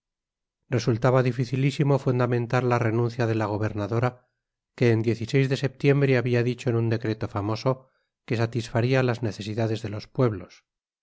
resultaba dificilísimo fundamentar la renuncia de la gobernadora que en de septiembre había dicho en un decreto famoso que satisfaría las necesidades de los pueblos